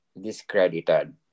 discredited